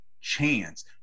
chance